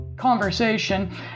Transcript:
conversation